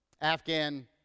Afghan